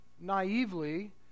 naively